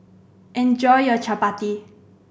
enjoy your chappati